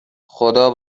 خدا